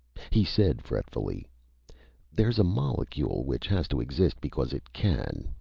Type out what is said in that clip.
he said fretfully there's a molecule which has to exist because it can.